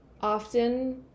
often